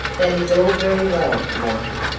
that is all very well, monty,